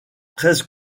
treize